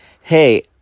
hey